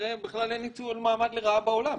כנראה אין ניצול מעמד לרעה בעולם.